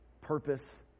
purpose